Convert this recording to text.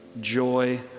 joy